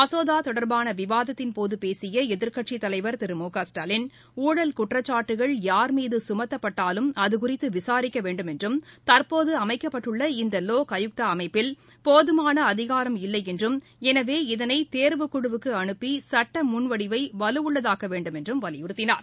மசோதா தொடர்பான விவாதத்தின் போது பேசிய எதிர்கட்சித் தலைவர் திரு மு க ஸ்டாலின் ஊழல் குற்றச்சாட்டுகள் யார் மீது சுமத்தப்பட்டாலும் அதுகுறித்து விசாரிக்க வேண்டும் என்றும் தற்போது அமைக்கப்பட்டுள்ள இந்த லோக் ஆயுக்தா அமைப்பில் போதமான அதிகாரம் இல்லை என்றும் எனவே இதனை தேர்வுக் குழுவுக்கு அனுப்பி சட்ட முன்வடிவை வலுவுள்ளதாக்க வேண்டும் என்றம் வலியுறுத்தினார்